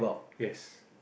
yes